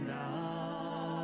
now